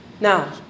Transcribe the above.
Now